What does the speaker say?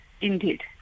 Indeed